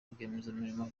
rwiyemezamirimo